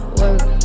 work